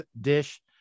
Dish